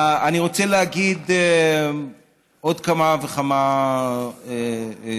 אני רוצה להגיד עוד כמה וכמה דברים.